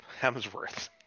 Hemsworth